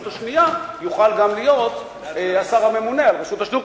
השנייה יוכל גם להיות השר הממונה על רשות השידור,